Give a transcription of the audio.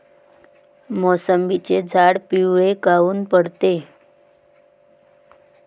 मोसंबीचे झाडं पिवळे काऊन पडते?